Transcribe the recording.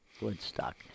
Woodstock